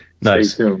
nice